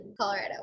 Colorado